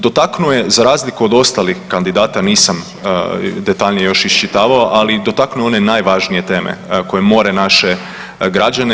Dotaknuo je, za razliku od ostalih kandidata, nisam detaljnije još iščitavao, ali dotaknuo je one najvažnije teme koje more naše građane.